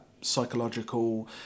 psychological